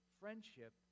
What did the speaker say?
friendship